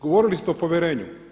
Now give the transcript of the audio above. Govorili ste o povjerenju.